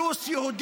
אזרח פלוס יהודי,